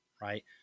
right